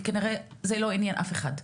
כי כנראה זה לא עניין אף אחד.